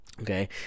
Okay